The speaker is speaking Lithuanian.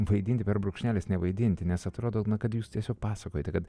vaidinti per brūkšnelis nevaidinti nes atrodo kad jūs tiesiog pasakojote kad